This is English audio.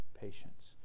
patience